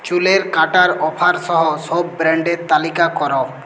চুলের কাঁটার অফার সহ সব ব্র্যান্ডের তালিকা কর